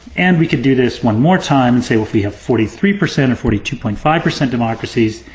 and we could do this one more time, and say, well if we have forty three percent or forty two point five percent democracies,